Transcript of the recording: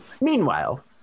Meanwhile